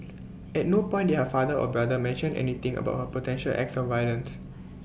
at no point did her father or brother mention anything about her potential acts of violence